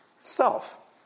Self